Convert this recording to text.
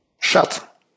shut